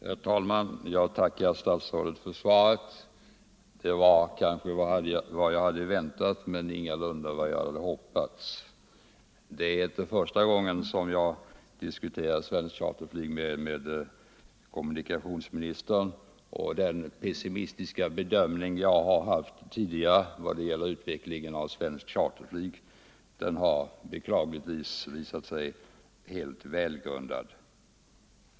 Herr talman! Jag tackar statsrådet för svaret. Det innehöll vad jag kanske hade väntat, men ingalunda vad jag hade hoppats. Det är inte första gången som jag diskuterar svenskt charterflyg med kommunikationsministern, och den pessimistiska bedömning som jag har haft tidigare i vad gäller utvecklingen av svenskt charterflyg har beklagligtvis visat sig helt välgrundad.